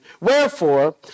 Wherefore